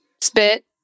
spit